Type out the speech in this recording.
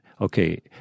Okay